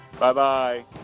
Bye-bye